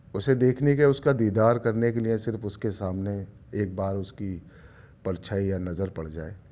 اسے دیکھنے کے اس کا دیدار کرنے کے لیے صرف اس کے سامنے ایک بار اس کی پرچھائی یا نظر پڑ جائے